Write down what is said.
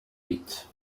eat